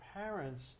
parents